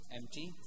empty